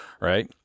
Right